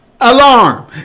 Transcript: Alarm